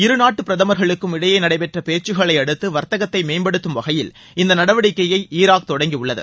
இரு நாட்டு பிரதமர்களுக்கும் இடையே நடைபெற்ற பேச்க்களை அடுத்து வர்த்தகத்தை மேம்படுத்தும் வகையில் இந்த நடவடிக்கையை ஈராக் தொடங்கியுள்ளது